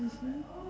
mmhmm